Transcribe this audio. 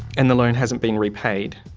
and the loan hasn't been repaid?